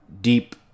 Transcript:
deep